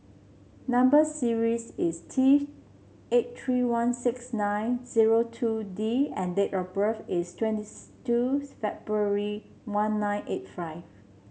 number series is T eight three one six nine zero two D and date of birth is twenty two February one nine eight five